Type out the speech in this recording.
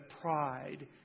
pride